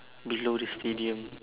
below the stadium